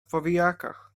powijakach